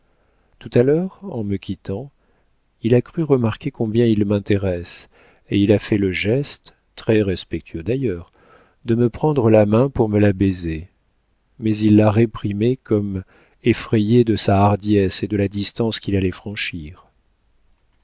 tout à l'heure en me quittant il a cru remarquer combien il m'intéresse et il a fait le geste très respectueux d'ailleurs de me prendre la main pour me la baiser mais il l'a réprimé comme effrayé de sa hardiesse et de la distance qu'il allait franchir